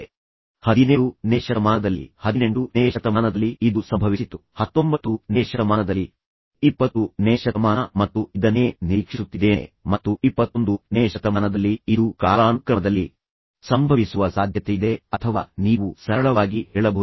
ಆದ್ದರಿಂದ 17ನೇ ಶತಮಾನದಲ್ಲಿ ಇದು ಸಂಭವಿಸಿತು 18ನೇ ಶತಮಾನದಲ್ಲಿ ಇದು ಸಂಭವಿಸಿತು 19ನೇ ಶತಮಾನದಲ್ಲಿ ಇದು ಸಂಭವಿಸಿತು 20ನೇ ಶತಮಾನ ಮತ್ತು ಪ್ರಸ್ತುತ ಇದನ್ನೇ ನಾನು ನಿರೀಕ್ಷಿಸುತ್ತಿದ್ದೇನೆ ಮತ್ತು 21ನೇ ಶತಮಾನದಲ್ಲಿ ಇದು ಕಾಲಾನುಕ್ರಮದಲ್ಲಿ ಸಂಭವಿಸುವ ಸಾಧ್ಯತೆಯಿದೆ ಅಥವಾ ನೀವು ಸರಳವಾಗಿ ಹೇಳಬಹುದು